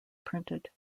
printed